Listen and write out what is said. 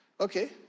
Okay